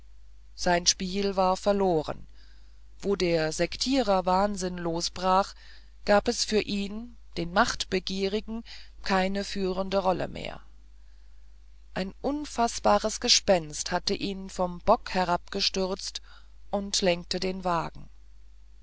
sein spiel war verloren wo der sektiererwahnsinn losbrach gab's für ihn den machtbegierigen keine führende rolle mehr ein unfaßbares gespenst hatte ihn vom bock herabgestürzt und lenkte den wagen